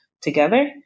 together